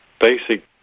basic